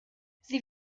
sie